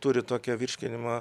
turi tokią virškinimą